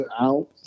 out